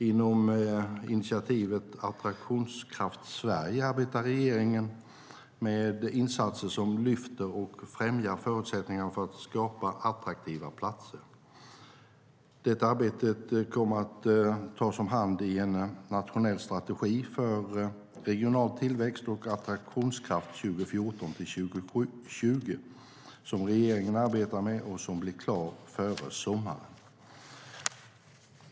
Inom initiativet Attraktionskraft Sverige arbetar regeringen med insatser som lyfter och främjar förutsättningar för att skapa attraktiva platser. Det arbetet kommer att tas om hand i en nationell strategi för regional tillväxt och attraktionskraft 2014-2020, som regeringen arbetar med och som blir klar före sommaren.